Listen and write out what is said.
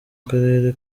karere